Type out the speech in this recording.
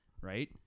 right